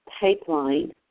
pipeline